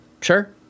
sure